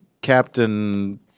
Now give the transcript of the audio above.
Captain